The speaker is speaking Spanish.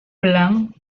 plant